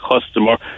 customer